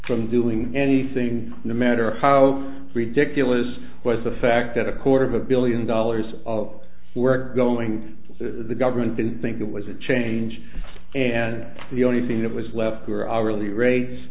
from doing anything no matter how ridiculous was the fact that a quarter of a billion dollars of work going to the government didn't think there was a change and the only thing that was left were hourly rates